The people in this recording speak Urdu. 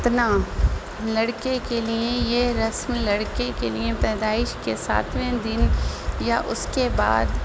ختنہ لڑکے کے لیے یہ رسم لڑکے کے لیے پیدائش کے ساتویں دن یا اس کے بعد